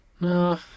No